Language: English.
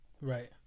Right